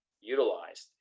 utilized